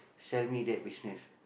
sell me that business